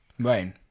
Right